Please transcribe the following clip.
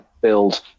build